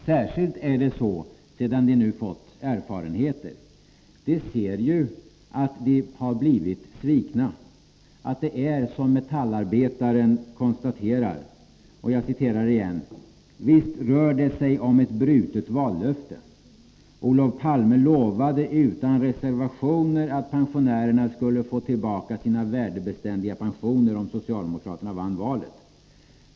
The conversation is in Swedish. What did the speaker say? Särskilt är det så sedan de nu har fått erfarenheter. De ser ju nu att de har blivit svikna, att det är som Metallarbetaren konstaterar: ”——— visst rör det sig om ett brutet vallöfte. Olof Palme lovade utan reservationer att pensionärerna skulle få tillbaka sina värdebeständiga pensioner om socialdemokraterna vann valet.